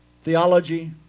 Theology